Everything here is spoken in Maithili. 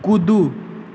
कूदू